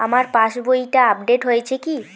আমার পাশবইটা আপডেট হয়েছে কি?